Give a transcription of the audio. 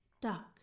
Duck